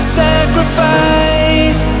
sacrifice